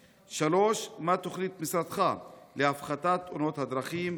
3. מה תוכנית משרדך להפחתת תאונות הדרכים,